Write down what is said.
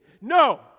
No